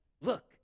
look